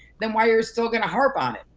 then why you're still gonna harp on it,